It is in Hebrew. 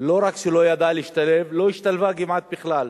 לא רק שלא ידעה להשתלב, לא השתלבה כמעט בכלל.